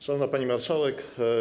Szanowna Pani Marszałek!